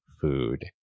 food